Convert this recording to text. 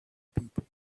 people